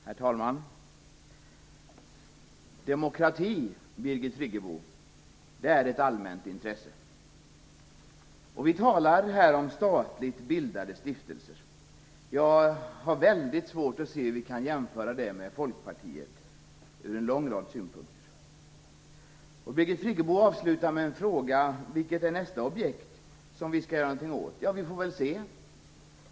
Herr talman! Demokrati, Birgit Friggebo, är ett allmänt intresse. Vi talar här om statligt bildade stiftelser. Jag har väldigt svårt att se hur det kan jämföras med Folkpartiet från en lång rad synpunkter. Birgit Friggebo avslutar med att fråga vilket som är nästa objekt vi skall göra någonting åt. Ja, vi får väl se.